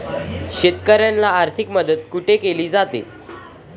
शेतकऱ्यांना आर्थिक मदत कुठे केली जाते?